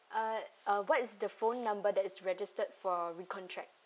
uh uh what is the phone number that is registered for recontract